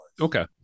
Okay